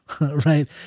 right